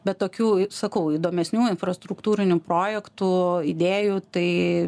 bet tokių sakau įdomesnių infrastruktūrinių projektų idėjų tai